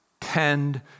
Tend